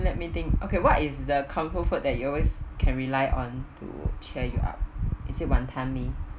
let me think okay what is the comfort food that you always can rely on to cheer you up is it wanton-mee